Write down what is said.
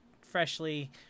freshly